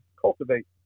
cultivate